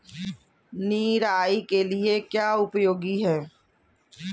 निराई के लिए क्या उपयोगी है?